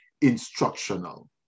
instructional